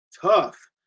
Tough